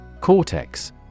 Cortex